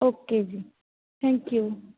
okay ji thank you